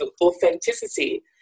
authenticity